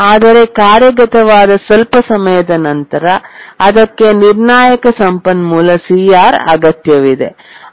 ಆದರೆ ಕಾರ್ಯಗತವಾದ ಸ್ವಲ್ಪ ಸಮಯದ ನಂತರ ಅದಕ್ಕೆ ನಿರ್ಣಾಯಕ ಸಂಪನ್ಮೂಲ CR ಅಗತ್ಯವಿದೆ